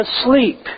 asleep